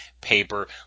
paper